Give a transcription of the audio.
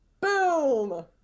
Boom